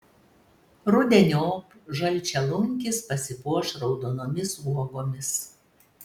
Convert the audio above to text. rudeniop žalčialunkis pasipuoš raudonomis uogomis